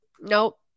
nope